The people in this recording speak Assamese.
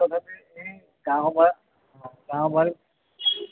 তথাপি এই গাঁৱৰ পৰা গাঁৱৰ পৰা